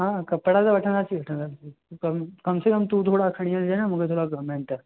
हा कपिड़ा त वठंदासीं ई वठंदासीं कम से कम तूं थोरा खणी हलिजांइ न मूंखे थोरा कम आहिनि त